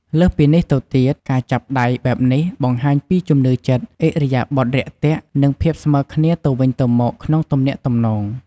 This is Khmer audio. លើសពីនេះទៅទៀត ការចាប់ដៃបែបនេះបង្ហាញពីជំនឿចិត្ត ឥរិយាបថរាក់ទាក់ និងភាពស្មើគ្នាទៅវិញទៅមកក្នុងទំនាក់ទំនង។